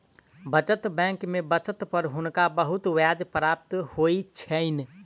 बचत बैंक में बचत पर हुनका बहुत ब्याज प्राप्त होइ छैन